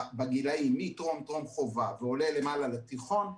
בגילים מטרום-טרום חובה ועולה למעלה לתיכון,